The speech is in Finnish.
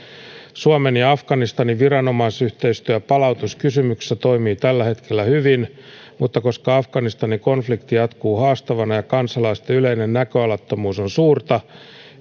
suomen ja afganistanin viranomaisyhteistyö palautuskysymyksissä toimii tällä hetkellä hyvin mutta koska afganistanin konflikti jatkuu haastavana ja kansalaisten yleinen näköalattomuus on suurta